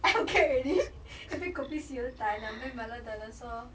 I forget already 一杯 kopi siew dai 两杯 milo dinosaur